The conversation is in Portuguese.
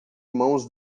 mãos